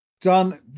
done